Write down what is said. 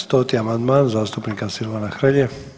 100. amandman zastupnika Silvana Hrelje.